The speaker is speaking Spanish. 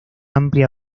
amplia